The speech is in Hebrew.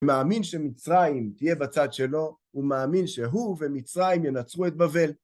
מאמין שמצרים תהיה בצד שלו, ומאמין שהוא ומצרים ינצחו את בבל.